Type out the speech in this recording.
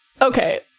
Okay